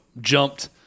jumped